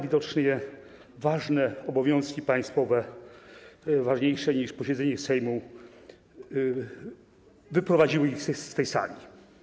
Widocznie ważne obowiązki państwowe, ważniejsze niż posiedzenie Sejmu, wyprowadziły ich z tej sali.